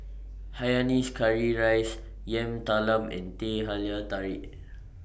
Hainanese Curry Rice Yam Talam and Teh Halia Tarik